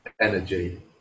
energy